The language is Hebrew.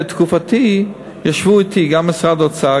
בתקופתי ישבו אתי גם משרד האוצר,